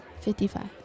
Fifty-five